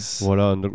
Voilà